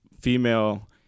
female